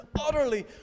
utterly